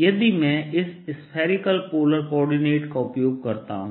यदि मैं इस स्फेरिकल पोलर कोऑर्डिनेट का उपयोग करता हूं